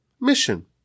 mission